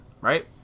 right